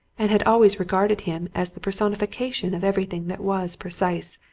and had always regarded him as the personification of everything that was precise,